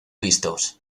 vistos